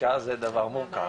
חקיקה זה דבר מורכב.